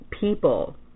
people